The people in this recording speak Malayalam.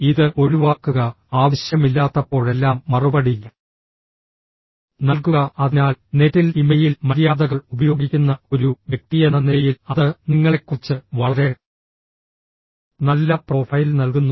ഇത് ഒഴിവാക്കുക ആവശ്യമില്ലാത്തപ്പോഴെല്ലാം മറുപടി നൽകുക അതിനാൽ നെറ്റിൽ ഇമെയിൽ മര്യാദകൾ ഉപയോഗിക്കുന്ന ഒരു വ്യക്തിയെന്ന നിലയിൽ അത് നിങ്ങളെക്കുറിച്ച് വളരെ നല്ല പ്രൊഫൈൽ നൽകുന്നു